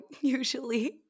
usually